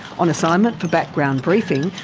on assignment for background briefing,